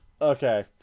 okay